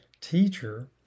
teacher